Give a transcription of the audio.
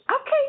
okay